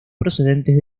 procedentes